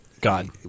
God